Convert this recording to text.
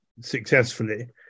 successfully